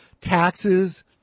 taxes